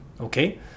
okay